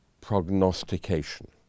prognostication